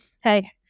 hey